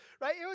right